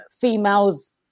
females